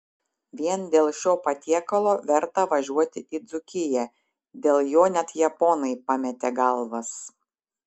vien dėl šio patiekalo verta važiuoti į dzūkiją dėl jo net japonai pametė galvas